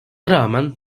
rağmen